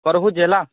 ହଉ ରଖୁଛି ହେଲା